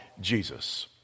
Jesus